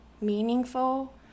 meaningful